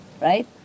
right